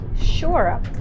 sure